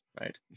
right